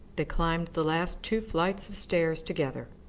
they climbed the last two flights of stairs together.